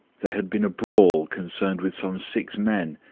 there had been a brawl concerned with some six men,